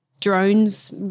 Drones